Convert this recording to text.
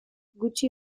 gutxi